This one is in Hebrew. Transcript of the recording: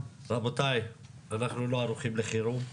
רבותיי, אנחנו לא ערוכים לחירום,